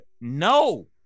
no